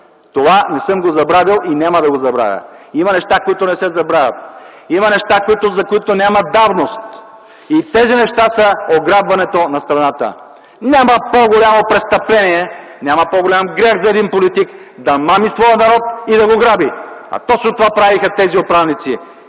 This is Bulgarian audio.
Това не съм го забравил и няма да го забравя. Има неща, които не се забравят. Има неща, за които няма давност, и тези неща са ограбването на страната. Няма по-голямо престъпление, няма по-голям грях за един политик да мами своя народ и да го граби, а точно това правеха управниците